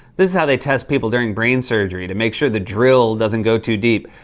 this is how they test people during brain surgery to make sure the drill doesn't go too deep.